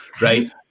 right